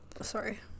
sorry